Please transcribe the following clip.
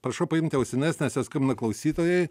prašau paimti ausines nes jau skambina klausytojai